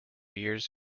years